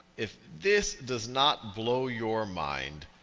if this does not blow your mind,